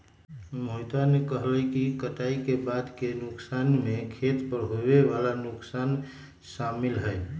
मोहितवा ने कहल कई कि कटाई के बाद के नुकसान में खेत पर होवे वाला नुकसान शामिल हई